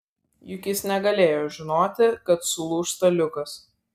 juk jis negalėjo žinoti kad sulūš staliukas